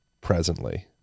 presently